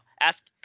ask